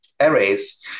arrays